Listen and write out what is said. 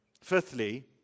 Fifthly